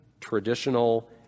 traditional